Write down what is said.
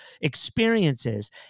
experiences